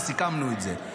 וסיכמנו את זה.